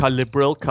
liberal